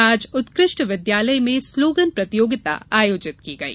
आज उत्कृष्ट विद्यालय में स्लोगन प्रतियोगिता आयोजित की गई